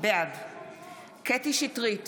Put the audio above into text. בעד קטי קטרין שטרית,